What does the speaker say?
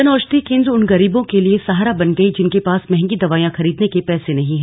जन औशधि केंद्र उन गरीबों के लिए सहारा बन गयी जिनके पास महंगी दवाईयां खरीदने के पैसे नहीं है